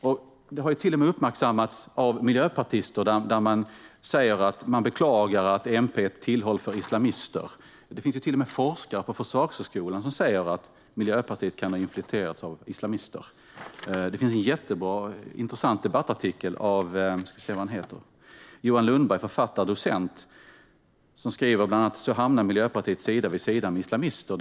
Detta har till och med uppmärksammats av miljöpartister som beklagar att MP är ett tillhåll för islamister. Det finns till och med forskare på Försvarshögskolan som säger att Miljöpartiet kan ha infiltrerats av islamister. Det finns en jätteintressant debattartikel av författaren och docenten Johan Lundberg, som skriver bland annat: "Så hamnade Miljöpartiet sida vid sida med islamister".